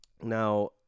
now